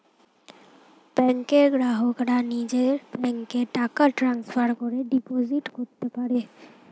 ব্যাংকের গ্রাহকরা নিজের ব্যাংকে টাকা ট্রান্সফার করে ডিপোজিট করতে পারে